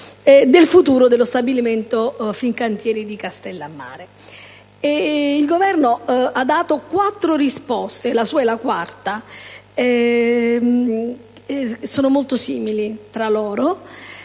Il Governo ha dato quattro risposte - la sua è la quarta - molto simili tra loro,